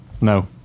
No